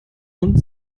und